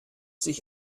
sich